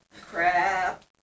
Crap